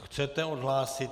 Chcete odhlásit?